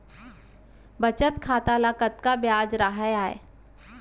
बचत खाता ल कतका ब्याज राहय आय?